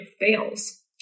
fails